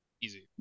Easy